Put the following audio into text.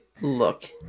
look